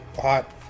hot